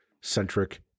centric